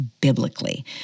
biblically